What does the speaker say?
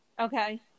Okay